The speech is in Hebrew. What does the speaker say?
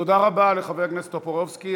תודה רבה לחבר הכנסת טופורובסקי.